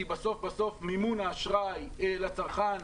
כי בסוף בסוף מימון האשראי לצרכן